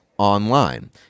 online